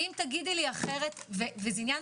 את יכולה להגיד שזה עניין